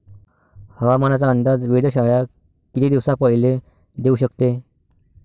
हवामानाचा अंदाज वेधशाळा किती दिवसा पयले देऊ शकते?